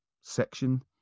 section